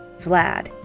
Vlad